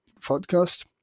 podcast